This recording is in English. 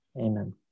Amen